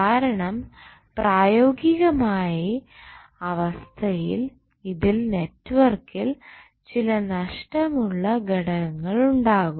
കാരണം പ്രായോഗികമായ അവസ്ഥയിൽ ഇതിൽ നെറ്റ്വർക്കിൽ ചില നഷ്ടം ഉള്ള ഘടകങ്ങൾ ഉണ്ടാകും